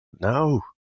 no